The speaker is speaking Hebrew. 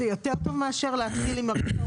זה יותר טוב מאשר להתחיל עם הרפורמה